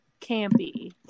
campy